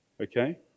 Okay